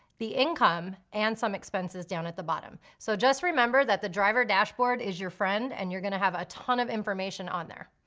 the income, and some expenses down at the bottom. so just remember that the driver dashboard is your friend and you're gonna have a ton of information on there.